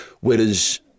Whereas